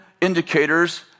indicators